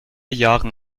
jahren